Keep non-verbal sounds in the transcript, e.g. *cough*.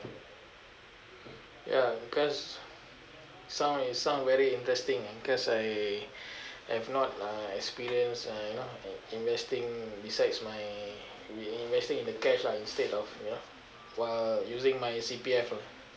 ya because some is some very interesting ah cause I *breath* have not uh experience uh you know in~ investing besides my reinvesting in the cash lah instead of you know while using my C_P_F uh